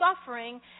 suffering